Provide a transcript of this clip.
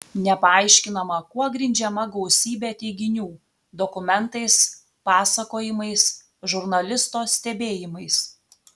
nepaaiškinama kuo grindžiama gausybė teiginių dokumentais pasakojimais žurnalisto stebėjimais